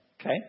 Okay